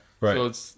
Right